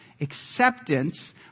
acceptance